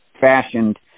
fashioned